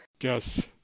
Yes